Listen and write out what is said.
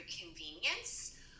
convenience